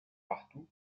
partout